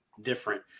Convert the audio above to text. different